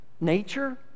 nature